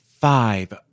Five